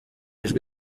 ijwi